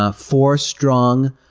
ah four strong,